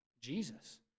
Jesus